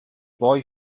boy